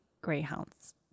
greyhounds